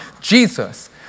Jesus